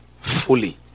fully